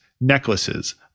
necklaces